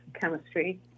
chemistry